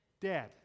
dead